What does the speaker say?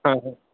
हां हां